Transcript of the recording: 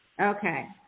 Okay